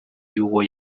y’uwo